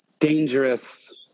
Dangerous